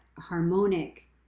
harmonic